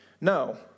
no